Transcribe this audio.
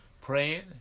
praying